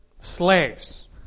slaves